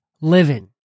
living